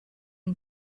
and